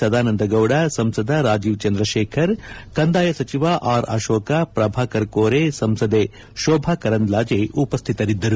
ಸದಾನಂದಗೌಡ ಸಂಸದ ರಾಜೀವ್ ಚಂದ್ರಶೇಖರ್ ಕಂದಾಯ ಸಚಿವ ಆರ್ ಅಶೋಕ್ ಪ್ರಭಾಕರ್ ಕೋರೆ ಸಂಸದೆ ಶೋಭಾ ಕರಂದ್ವಾಜೆ ಉಪಸ್ಥಿತರಿದ್ದರು